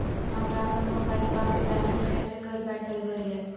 हमरा अपन मोबाइलबा के बैलेंस कैसे घर बैठल भरिए?